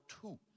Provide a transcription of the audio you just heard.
two